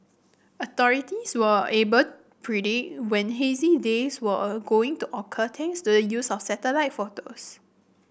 authorities were able predict when hazy days were going to occur thanks the use of satellite photos